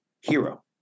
hero